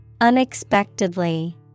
Unexpectedly